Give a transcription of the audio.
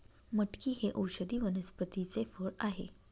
मटकी हे औषधी वनस्पतीचे फळ आहे